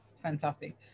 fantastic